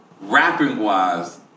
rapping-wise